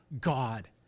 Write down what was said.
God